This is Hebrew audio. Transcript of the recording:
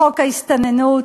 חוק ההסתננות,